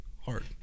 heart